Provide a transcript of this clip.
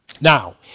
Now